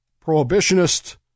Prohibitionist